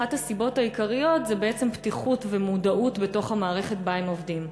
אחת הסיבות העיקריות היא בעצם פתיחות ומודעות במערכת שבה הם עובדים.